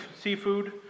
seafood